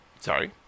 sorry